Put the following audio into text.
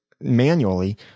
manually